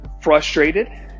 frustrated